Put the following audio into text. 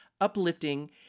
uplifting